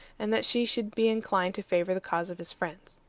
and that she should be inclined to favor the cause of his friends.